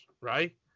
right